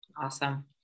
Awesome